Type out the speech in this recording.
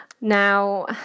Now